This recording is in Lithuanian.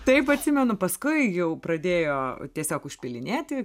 taip atsimenu paskui jau pradėjo tiesiog užpildinėti